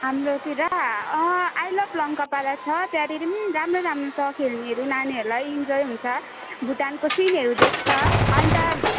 हाम्रोतिर अँ I love Lankapara छ त्यहाँनेरि पनि राम्रो राम्रो छ खेल्नेहरू नानीहरूलाई इन्जय हुन्छ भुटानको सिनहरू देख्छ अनि त